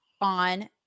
on